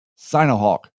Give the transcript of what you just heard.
SinoHawk